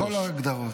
כל ההגדרות.